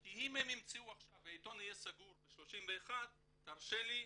כי אם הם ימצאו עכשיו והעיתון יהיה סגור ב-31 תרשה לי,